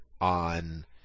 on